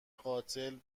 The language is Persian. قاتل